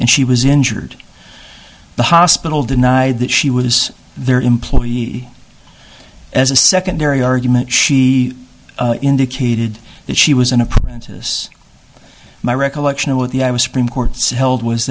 and she was injured in the hospital denied that she was their employee as a secondary argument she indicated that she was an apprentice my recollection of what the i was supreme courts held was